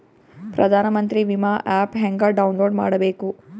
ಪ್ರಧಾನಮಂತ್ರಿ ವಿಮಾ ಆ್ಯಪ್ ಹೆಂಗ ಡೌನ್ಲೋಡ್ ಮಾಡಬೇಕು?